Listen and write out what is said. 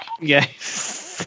Yes